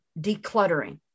decluttering